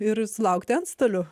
ir sulaukti antstolių